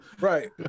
Right